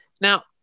Now